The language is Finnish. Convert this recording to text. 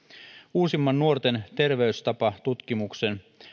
uusimman nuorten terveystapatutkimuksen